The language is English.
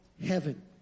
heaven